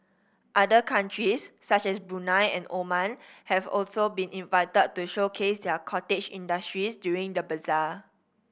other countries such as Brunei and Oman have also been invited to showcase their cottage industries during the bazaar